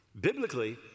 Biblically